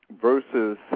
versus